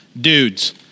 dudes